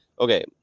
Okay